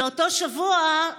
באותו שבוע,